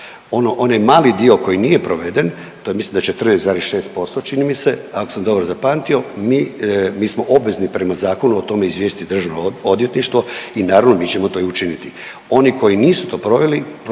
Onaj mali dio koji nije proveden to je mislim da 14,6% čini mi se ako sam dobro zapamtio, mi smo obvezi prema zakonu o tome izvijestiti DORH i naravno mi ćemo to i učiniti. Oni koji nisu to proveli